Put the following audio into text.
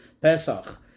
pesach